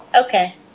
Okay